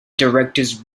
directors